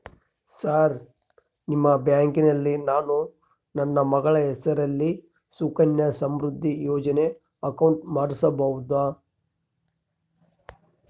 Sir ನಿಮ್ಮ ಬ್ಯಾಂಕಿನಲ್ಲಿ ನಾನು ನನ್ನ ಮಗಳ ಹೆಸರಲ್ಲಿ ಸುಕನ್ಯಾ ಸಮೃದ್ಧಿ ಯೋಜನೆ ಅಕೌಂಟ್ ಮಾಡಿಸಬಹುದಾ?